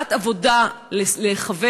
שמציאת עבודה לחבר,